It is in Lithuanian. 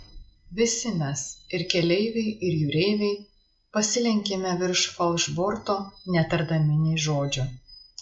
visi mes ir keleiviai ir jūreiviai pasilenkėme virš falšborto netardami nė žodžio